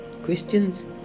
Christians